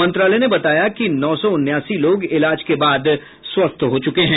मंत्रालय ने बताया कि नौ सौ उनासी लोग इलाज के बाद स्वस्थ हो चुके हैं